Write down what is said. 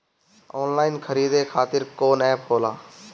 Online खरीदे खातीर कौन एप होला?